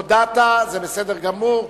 הודעת, זה בסדר גמור.